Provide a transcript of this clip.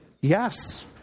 yes